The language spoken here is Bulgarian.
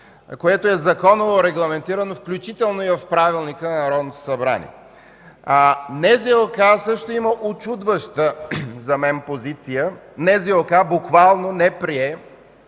което е законово регламентирано, включително в Правилника на Народното събрание. НЗОК също има учудваща, за мен, позиция. НЗОК буквално не прие